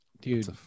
dude